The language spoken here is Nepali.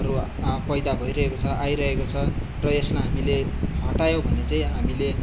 हरू पैदा भइरहेको छ आइरहेको छ र यसमा हामीले हटायौँ भने चाहिँ हामीले अझ